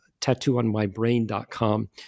tattooonmybrain.com